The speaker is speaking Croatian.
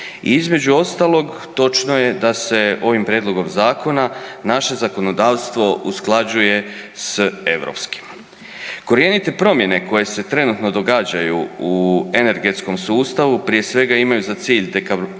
između ostalog točno je da se ovim prijedlogom zakona naše zakonodavstvo usklađuje s europskim. Korjenite promjene koje se trenutno događaju u energetskom sustavu prije svega imaju za cilj dekarbonizaciju